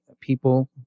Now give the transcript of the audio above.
people